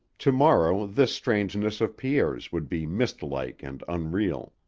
to-morrow this strangeness of pierre's would be mistlike and unreal